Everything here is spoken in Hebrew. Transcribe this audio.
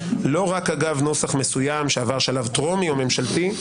לא רק אגב נוסח מסוים שעבר שלב טרומי או ממשלתי,